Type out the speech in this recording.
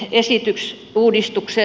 arvoisa puhemies